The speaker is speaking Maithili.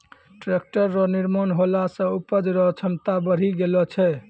टैक्ट्रर रो निर्माण होला से उपज रो क्षमता बड़ी गेलो छै